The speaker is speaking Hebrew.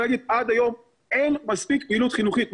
להגיד: עד היום אין מספיק פעילות חינוכית.